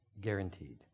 guaranteed